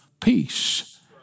peace